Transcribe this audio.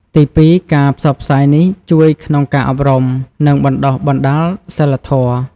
ទីពីរ ការផ្សព្វផ្សាយនេះជួយក្នុងការអប់រំ និងបណ្ដុះបណ្ដាលសីលធម៌។